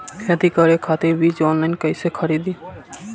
खेती करे खातिर बीज ऑनलाइन कइसे खरीदी?